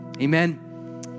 Amen